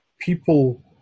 People